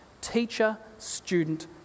teacher-student